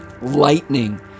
lightning